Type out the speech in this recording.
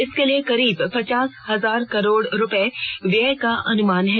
इसके लिए करीब पचास हजार करोड़ रुपये व्यय का अनुमान है